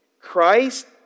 Christ